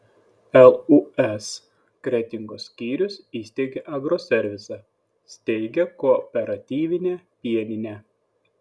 lūs kretingos skyrius įsteigė agroservisą steigia kooperatinę pieninę